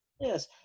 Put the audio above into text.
Yes